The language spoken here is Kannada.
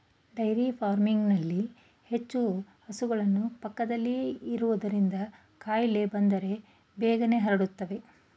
ಡೈರಿ ಫಾರ್ಮಿಂಗ್ನಲ್ಲಿ ಹೆಚ್ಚು ಹಸುಗಳು ಪಕ್ಕದಲ್ಲೇ ಇರೋದ್ರಿಂದ ಕಾಯಿಲೆ ಬಂದ್ರೆ ಬೇಗನೆ ಹರಡುತ್ತವೆ